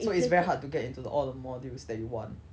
so it's very hard to get into the all the modules that you want